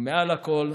ומעל לכול,